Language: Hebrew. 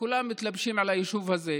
כולם מתלבשים על היישוב הזה.